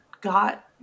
got